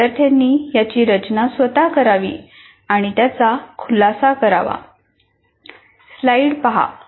विद्यार्थ्यांनी याची रचना स्वतः करावी आणि त्याचा खुलासा करावा